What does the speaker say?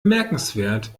bemerkenswert